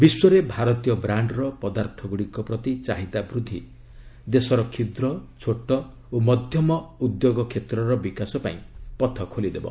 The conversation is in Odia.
ବିଶ୍ୱରେ ଭାରତୀୟ ବ୍ରାଣ୍ଡର ପଦାର୍ଥଗ୍ରଡ଼ିକ ପ୍ରତି ଚାହିଦା ବୃଦ୍ଧି ଦେଶର କ୍ଷୁଦ୍ର ଛୋଟ ଓ ମଧ୍ୟମ ଉଦ୍ୟୋଗ କ୍ଷେତ୍ରର ବିକାଶ ପାଇଁ ପଥ ଖୋଲିଦେବ